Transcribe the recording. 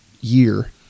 year